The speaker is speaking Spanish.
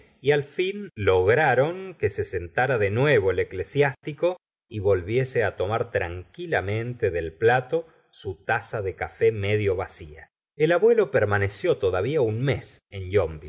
y al fin lograron que se sentara de nuevo el eclesiástico y volviese á tomar tranquilamente del plato su taza de café medio vacía el abuelo permaneció todavía un mes en